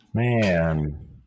Man